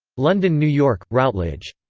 london new york routledge.